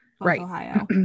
Right